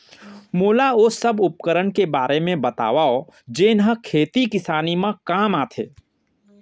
मोला ओ सब उपकरण के बारे म बतावव जेन ह खेती किसानी म काम आथे?